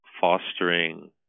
fostering